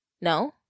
No